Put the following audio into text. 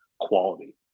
quality